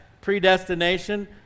predestination